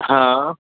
हा